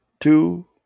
two